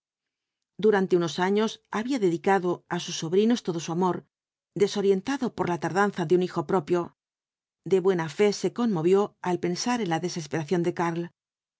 durante unos años había dedicado á sus sobrinos todo su amor desorientado por la tardanza de un hijo propio de buena fe se conmovió al pensar en la desesperación de karl